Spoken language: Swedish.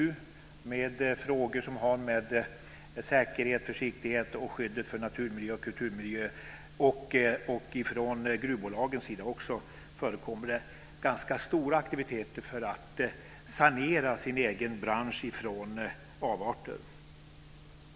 Det gäller då frågor som har att göra med säkerhet, försiktighet och skyddet för natur och kulturmiljöer. Också från gruvbolagens sida förekommer det ganska stora aktiviteter för att sanera den egna branschen från avarter.